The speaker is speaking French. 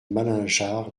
malingear